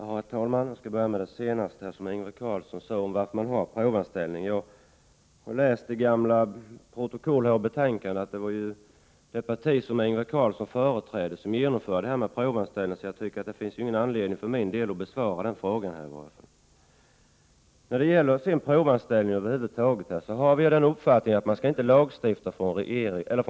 Herr talman! Jag skall börja med Ingvar Karlssons i Bengtsfors sista fråga om varför man har provanställning. Jag har läst i gamla protokoll och betänkanden att det var det parti som Ingvar Karlsson företräder som införde provanställning. Jag tycker därför inte att det finns någon anledning för mig att besvara den frågan. Vi anser att riksdagen över huvud taget inte skall lagstifta om provanställning.